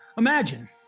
Imagine